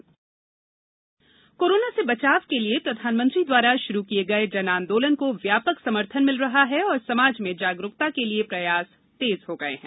जन आंदोलन कोरोना से बचाव के लिए प्रधानमंत्री द्वारा शुरू किये गये जन आंदोलन को व्यापक समर्थन मिल रहा है और समाज में जागरूकता के लिए प्रयास तेज हो गये है